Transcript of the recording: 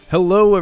Hello